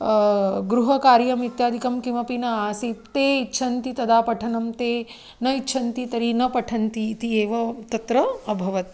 गृहकार्यम् इत्यादिकं किमपि न आसीत् ते इच्छन्ति तदा पठनं ते न इच्छन्ति तर्हि न पठन्ति इति एव तत्र अभवत्